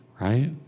right